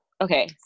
okay